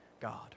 God